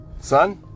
Son